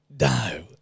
No